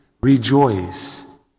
rejoice